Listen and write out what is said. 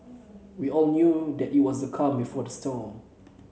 we all knew that it was the calm before the storm